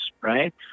right